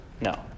No